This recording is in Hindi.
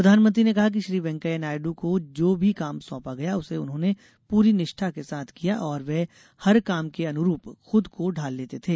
प्रधानमंत्री ने कहा कि श्री वेंकैया नायडू को जो भी काम सौंपा गया उसे उन्होंने पूरी निष्ठा के साथ किया और वे हर काम के अनुरूप खुद को ढाल लेते थे